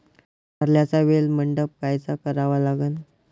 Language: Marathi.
कारल्याचा वेल मंडप कायचा करावा लागन?